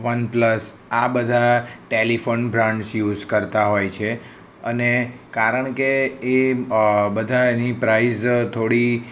OnePlus આ બધા telephone brands use કરતા હોય છે અને કારણ કે એ બધાની પ્રાઇઝ થોડી